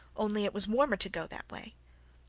only it was warmer to go that way.